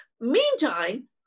meantime